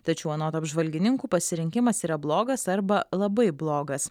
tačiau anot apžvalgininkų pasirinkimas yra blogas arba labai blogas